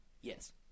Yes